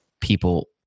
people